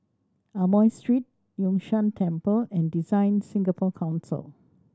Amoy Street Yun Shan Temple and DesignSingapore Council